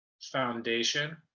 foundation